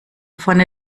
vorne